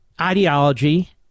ideology